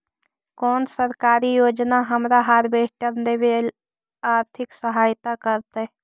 कोन सरकारी योजना हमरा हार्वेस्टर लेवे आर्थिक सहायता करतै?